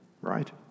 right